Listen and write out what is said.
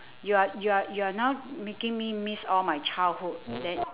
you're you're you're now making me miss all my childhood that